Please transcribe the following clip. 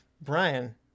Brian